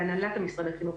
בהנהלת משרד החינוך,